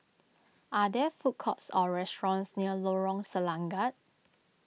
are there food courts or restaurants near Lorong Selangat